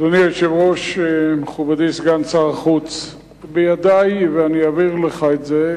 אדוני היושב-ראש, הצעת החוק שלי נועדה לתקן